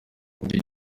indi